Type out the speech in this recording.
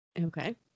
Okay